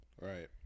Right